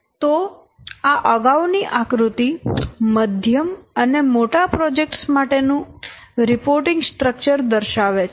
તો આ અગાઉ ની આકૃતિ મધ્યમ અને મોટા પ્રોજેક્ટ્સ માટેનું રિપોર્ટિંગ સ્ટ્રક્ચર દર્શાવે છે